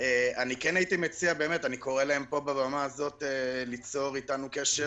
אני קורא להם פה בבמה הזאת ליצור איתנו קשר,